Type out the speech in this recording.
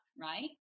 right